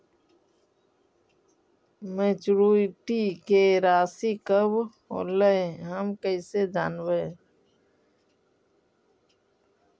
Maturity के रासि कब होलै हम कैसे जानबै?